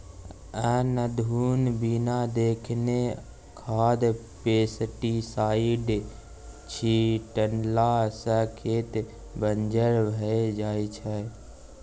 अनधुन बिना देखने खाद पेस्टीसाइड छीटला सँ खेत बंजर भए जाइ छै